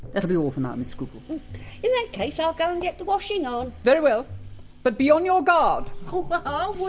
that'll be all for now, miss scruple. in that case, i'll go and get the washing on. very well but be on your guard. i um